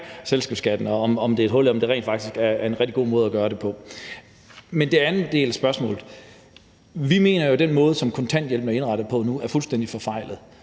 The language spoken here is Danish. eller om det rent faktisk er en rigtig god måde at gøre det på. I forhold til den anden del af spørgsmålet mener vi jo, at den måde, som kontanthjælpen er indrettet på nu, er fuldstændig forfejlet.